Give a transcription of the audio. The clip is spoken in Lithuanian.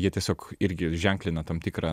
jie tiesiog irgi ženklina tam tikrą